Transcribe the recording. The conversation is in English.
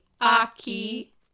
Aki